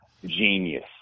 Genius